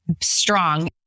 strong